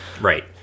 right